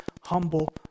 humble